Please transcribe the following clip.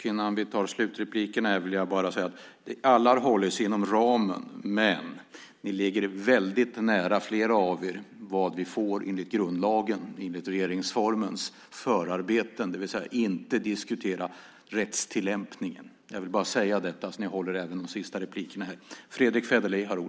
Innan vi tar slutreplikerna vill jag bara säga att alla har hållit sig inom ramen, men flera av er ligger väldigt nära gränsen för vad vi enligt grundlagen, regeringsformens förarbeten, får diskutera. Vi får alltså inte diskutera rättstillämpning. Jag vill bara säga det så att ni håller er till detta även i de sista replikerna här.